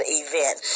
event